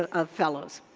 of fellows.